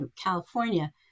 California